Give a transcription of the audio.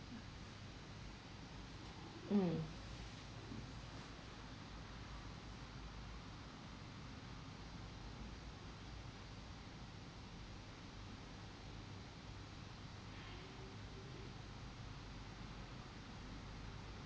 um